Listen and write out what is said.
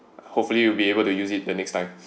hopefully we'll be able to use it the next time